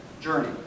journey